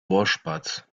rohrspatz